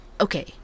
Okay